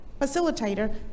facilitator